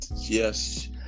Yes